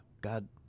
God